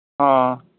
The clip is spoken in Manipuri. ꯑꯥ